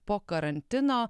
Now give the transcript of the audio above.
po karantino